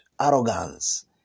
arrogance